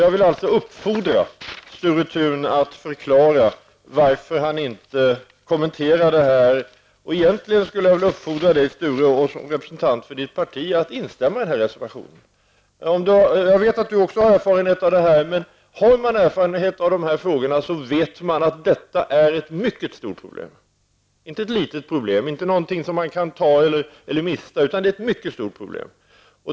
Jag vill uppfordra Sture Thun att förklara varför han inte kommenterar detta, och jag vill egentligen uppfordra honom som representant för sitt parti att instämma i reservationen. Jag vet att Sture Thun också har erfarenhet av dessa frågor, och har man den erfarenheten är man medveten om att detta är ett mycket stort problem. Det är ingenting som man kan ha eller mista, utan det är verkligen ett stort problem.